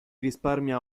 risparmia